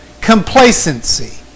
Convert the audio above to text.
complacency